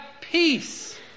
peace